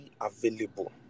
available